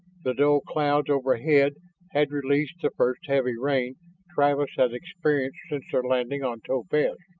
the dull clouds overhead had released the first heavy rain travis had experienced since their landing on topaz.